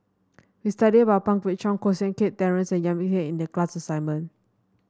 we studied about Pang Guek Cheng Koh Seng Kiat Terence and Baey Yam Keng in the class assignment